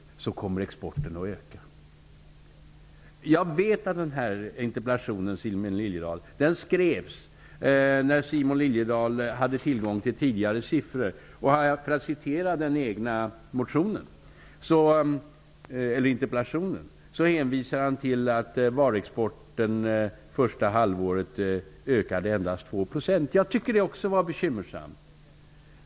Simon Liliedahl tillhör ju ett parti som ständigt säger att man skall spara mängder av miljarder. Jag vet att Simon Liliedahl endast hade tillgång till tidigare siffror när han skrev interpellationen. I interpellationen hänvisar han till att varuexporten första halvåret 1993 ökade med endast 2 %. Jag tycker också att det är bekymmersamt.